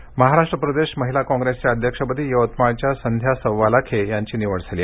महिला कॉंग्रेस महाराष्ट्र प्रदेश महिला काँग्रेसच्या अध्यक्षपदी यवतमाळच्या संध्या सव्वालाखे यांची निवड झाली आहे